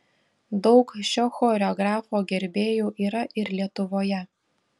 daug šio choreografo gerbėjų yra ir lietuvoje